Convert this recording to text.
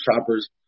shoppers